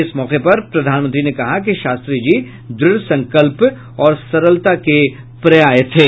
इस मौके पर प्रधानमंत्री ने कहा कि शास्त्री जी दृढ़ संकल्प और सरलता के पर्याय थे